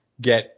get